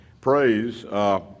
praise